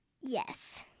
Yes